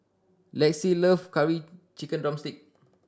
Lexi love Curry Chicken drumstick